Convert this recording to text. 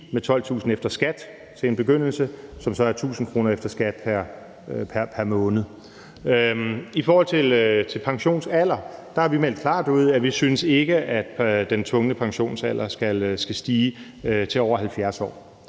med 12.000 kr. efter skat., hvilket så er 1.000 kr. efter skat pr. måned. I forhold til pensionsalderen har vi meldt klart ud, at vi ikke synes, at den tvungne pensionsalder skal stige til over 70 år.